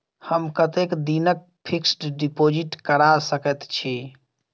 हम कतेक दिनक फिक्स्ड डिपोजिट करा सकैत छी?